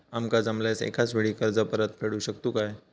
आमका जमल्यास एकाच वेळी कर्ज परत फेडू शकतू काय?